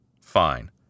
Fine